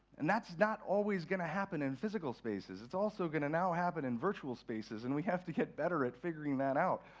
and that's not always going to happen in physical spaces. it's also going to now happen in virtual spaces, and we have to get better at figuring that out.